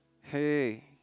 Hey